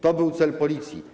To był cel policji.